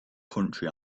country